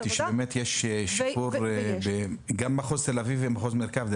באמת ראיתי שיש שיפור וגם במחוז תל-אביב ומחוז מרכז.